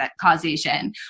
causation